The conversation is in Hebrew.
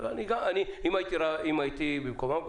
אם הייתי במקומם,